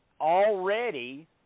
already